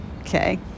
okay